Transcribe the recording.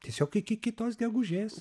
tiesiog iki kitos gegužės